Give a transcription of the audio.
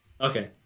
okay